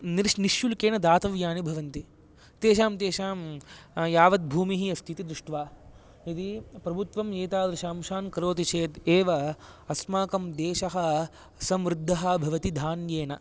निर् निशुल्केन दातव्यानि भवन्ति तेषां तेषां यावद् भूमिः अस्ति इति दृष्ट्वा यदि प्रभुत्वं एतादृशांशान् करोति चेत् एव अस्माकं देशः समृद्धः भवति धान्येन